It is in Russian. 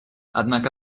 однако